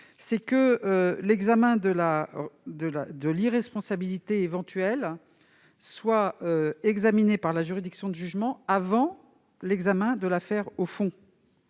procédé à l'examen de l'irresponsabilité éventuelle par la juridiction de jugement avant l'examen de l'affaire au fond.